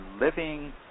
living